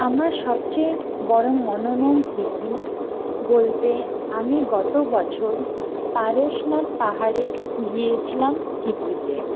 আমার সবচেয়ে বড়ো মনোরম হাইক বলতে আমি আমি গত বছর পারশনাথ পাহাড়ে গিয়েছিলাম হিকিতে